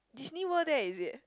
Disney World there is it